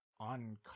on